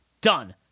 Done